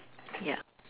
yup